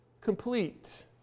complete